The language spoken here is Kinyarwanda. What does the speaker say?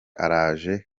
araje